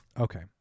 Okay